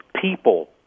People